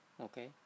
Okay